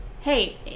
hey